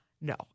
no